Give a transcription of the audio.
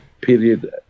period